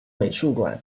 美术馆